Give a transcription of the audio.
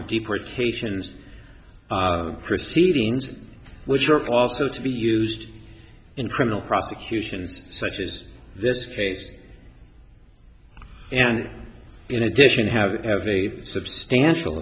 of deportations proceedings which are also to be used in criminal prosecutions such as this case and in addition have it have a substantial